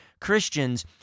Christians